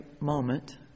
moment